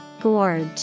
Gorge